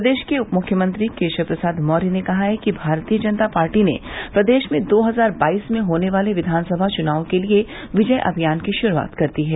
प्रदेश के उपमुख्यमंत्री केशव प्रसाद मौर्य ने कहा है कि भारतीय जनता पार्टी ने प्रदेश में दो हजार बाईस में होने वाले विघान सभा चुनाव के लिए विजय अभियान की शुरूआत कर दी है